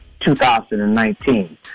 2019